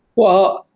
well,